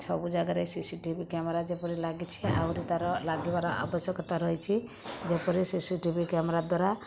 ସବୁ ଜାଗାରେ CCTV camera ଯେପରି ଲାଗିଛି ଆହୁରି ତା ର ଲାଗିବାର ଆବଶ୍ୟକତା ରହିଛି ଯେପରି ସିସିଟିଭି କ୍ୟାମେରା ଦ୍ଵାରା